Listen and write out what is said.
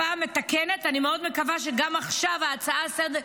אני מאוד מקווה שגם עכשיו ההצעה הזאת